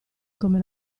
come